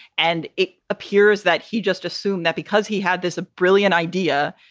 and it appears that he just assumed that because he had this brilliant idea,